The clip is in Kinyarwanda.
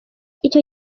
icyo